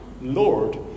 Lord